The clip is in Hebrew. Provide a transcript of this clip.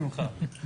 חוץ ממך.